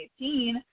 2018